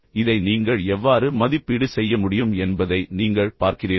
எனவே இதை நீங்கள் எவ்வாறு மதிப்பீடு செய்ய முடியும் என்பதை நீங்கள் பார்க்கிறீர்கள்